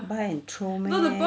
buy and throw meh